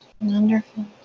Wonderful